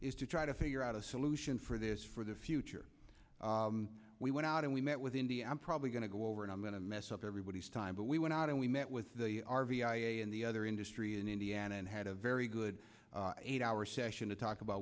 is to try to figure out a solution for this for the future we went out and we met with the indian i'm probably going to go over and i'm going to mess up everybody's time but we went out and we met with the r v and the other industry in indiana and had a very good eight hour session to talk about